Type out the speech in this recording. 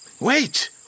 Wait